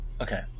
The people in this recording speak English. Okay